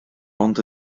ond